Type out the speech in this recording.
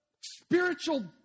spiritual